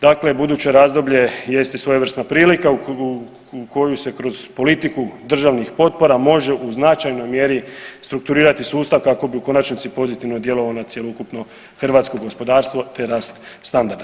Dakle buduće razdoblje jeste svojevrsna prilika u koju se kroz politiku državnih potpora može u značajnoj mjeri strukturirati sustav kako bi u konačnici pozitivno djelovao na cjelokupno hrvatsko gospodarstvo, te rast standarda.